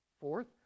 Fourth